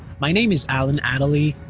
my name is allan attali,